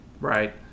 Right